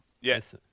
yes